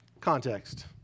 Context